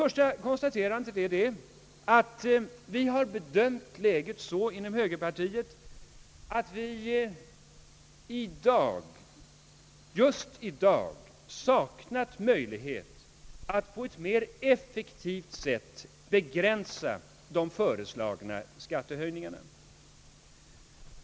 vissa skattepolitiska åtgärder, m.m. tiet bedömt läget så att vi i dag, just i dag, saknat möjlighet att på ett mer effektivt sätt begränsa de föreslagna skattehöjningarna.